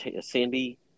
Sandy